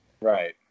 Right